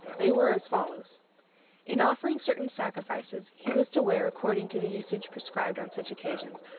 they were as follows in offering certain sacrifices, he was to wear, according to the usage prescribed on such occasions,